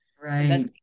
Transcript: right